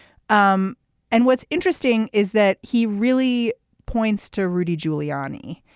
um and what's interesting is that he really points to rudy giuliani.